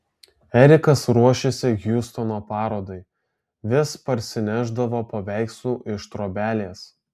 erikas ruošėsi hjustono parodai vis parsinešdavo paveikslų iš trobelės